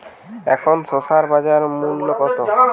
এখন শসার বাজার মূল্য কত?